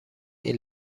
این